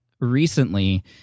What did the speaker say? recently